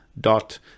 dot